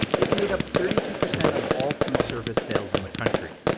it made up thirty two percent of all foodservice sales in the country.